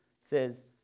says